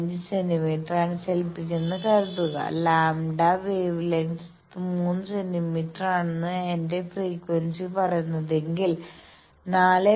5 സെന്റീമീറ്ററാണ് ചലിപ്പിക്കുന്നതെന്ന് കരുതുക ലാംഡ λ വേവ് ലെങ്ത് 3 സെന്റീമീറ്റർ ആണെന്നാണ് എന്റെ ഫ്രീക്വൻസി പറയുന്നതെങ്കിൽ 4